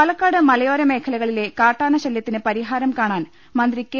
പാലക്കാട് മലയോരമേഖലകളിലെ കാട്ടാന് ശല്യത്തിന് പരിഹാരം കാണാൻ മന്ത്രി കെ